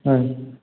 হয়